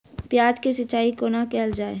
प्याज केँ सिचाई कोना कैल जाए?